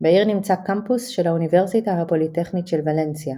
בעיר נמצא קמפוס של האוניברסיטה הפוליטכנית של ולנסיה.